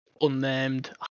Unnamed